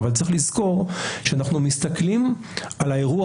אבל צריך לזכור שאנחנו מסתכלים על האירוע